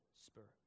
Spirit